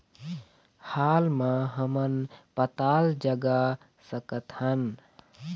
हाल मा हमन पताल जगा सकतहन?